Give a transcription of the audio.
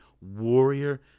warrior